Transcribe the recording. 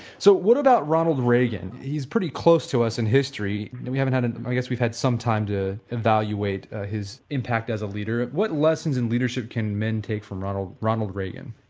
so, what about ronald reagan, he's pretty close to us in history, and we haven't had i guess we had some time to evaluate his impact as a leader, what lessons in leadership can men take from ronald ronald reagan